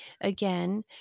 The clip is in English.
again